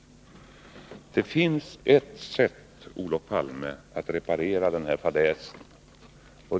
Det finns ett sätt, Olof Palme, att reparera denna fadäs.